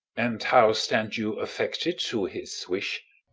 and how stand you affected to his wish?